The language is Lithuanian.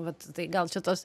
vat tai gal čia tos